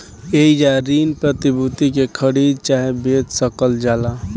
एइजा ऋण प्रतिभूति के खरीद चाहे बेच सकल जाला